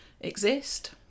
exist